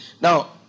Now